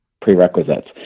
prerequisites